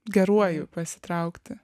geruoju pasitraukti